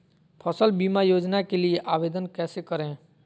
फसल बीमा योजना के लिए आवेदन कैसे करें?